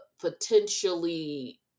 potentially